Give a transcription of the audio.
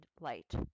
light